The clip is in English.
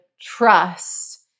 trust